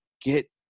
get